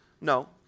no